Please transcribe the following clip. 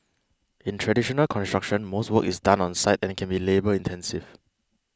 in traditional construction most work is done on site and can be labour intensive